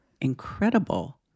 incredible